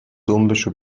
دمبشو